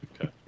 Okay